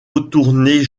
retourner